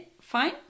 fine